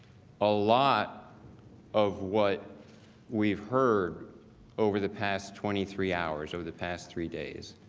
a lot of what we've heard over the past twenty three hours, over the past three days.